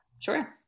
Sure